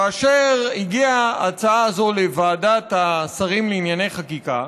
כאשר הגיעה ההצעה הזו לוועדת השרים לענייני חקיקה,